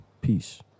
Peace